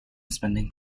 spending